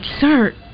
sir